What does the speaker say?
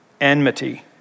enmity